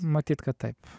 matyt kad taip